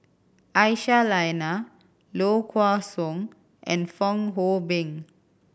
Aisyah Lyana Low Kway Song and Fong Hoe Beng